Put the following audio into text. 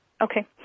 Okay